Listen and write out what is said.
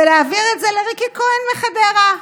ולהעביר את זה לריקי כהן מחדרה.